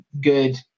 Good